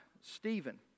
Stephen